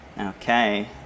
Okay